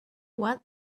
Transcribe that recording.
what